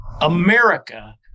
America